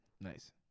Nice